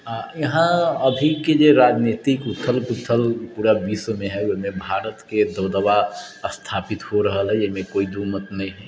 यहाँ अभीके जे राजनीतिक उथल पुथल पूरा विश्वमे है ओहिमे भारतके दबदबा स्थापित हो रहल अछि एहिमे कोइ दू मत नहि है